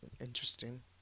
interesting